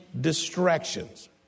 distractions